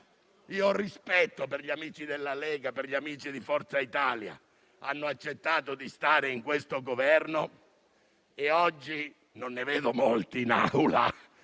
Ho rispetto per gli amici della Lega e di Forza Italia, che hanno accettato di stare in questo Governo; oggi non ne vedo molti in Aula,